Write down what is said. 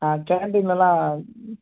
ஆ கேன்டீனெல்லாம்